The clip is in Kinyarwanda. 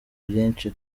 byinshi